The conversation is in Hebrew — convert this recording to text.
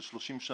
של 30 שנה,